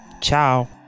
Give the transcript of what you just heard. ciao